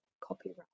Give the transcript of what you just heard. copyright